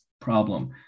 problem